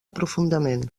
profundament